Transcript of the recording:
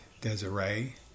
Desiree